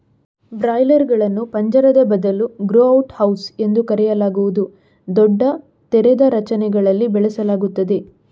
ಬ್ರಾಯ್ಲರುಗಳನ್ನು ಪಂಜರದ ಬದಲು grow out house ಎಂದು ಕರೆಯಲಾಗುವ ದೊಡ್ಡ ತೆರೆದ ರಚನೆಗಳಲ್ಲಿ ಬೆಳೆಸಲಾಗುತ್ತದೆ